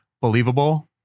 believable